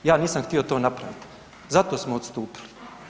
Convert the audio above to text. Ja nisam htio to napraviti, zato smo odstupili.